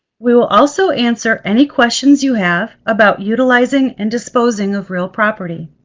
we will also answer any questions you have about utilizing and disposing of real property.